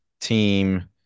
team